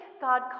God